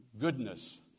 Goodness